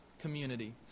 community